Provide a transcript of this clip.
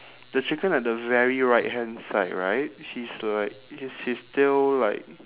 the chicken at the very right hand side right he's like is his tail like